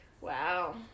Wow